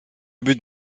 but